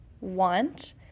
want